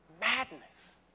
Madness